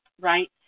right